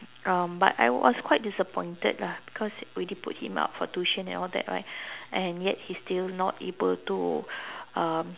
um but I was quite disappointed lah because already put him up for tuition and all that right and yet he's still not able to um